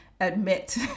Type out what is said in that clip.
admit